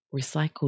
recycled